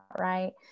right